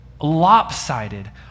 Lopsided